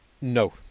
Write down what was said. No